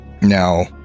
now